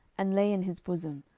and lay in his bosom,